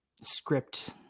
script